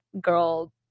girl